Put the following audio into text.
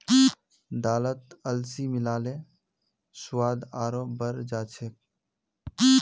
दालत अलसी मिला ल स्वाद आरोह बढ़ जा छेक